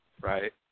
right